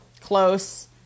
close